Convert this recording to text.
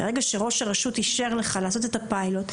ברגע שראש הרשות אישר לך לעשות את הפיילוט,